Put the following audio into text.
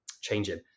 changing